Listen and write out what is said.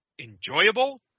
enjoyable